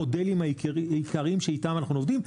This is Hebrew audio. המודלים העיקריים שאיתם אנחנו עובדים,